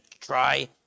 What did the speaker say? try